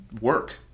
work